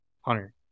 Hunter